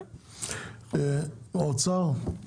האוצר.